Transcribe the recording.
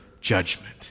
judgment